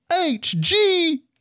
H-G